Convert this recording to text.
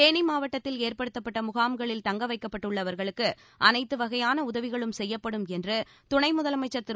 தேனி மாவட்டத்தில் ஏற்படுத்தப்பட்ட முகாம்களில் தங்க வைக்கப்பட்டுள்ளவர்களுக்கு அனைத்து வகையான உதவிகளும் செய்யப்படும் என்று துணை முதலமைச்சர் திரு